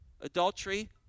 Adultery